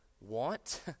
want